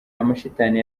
amashitani